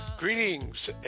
Greetings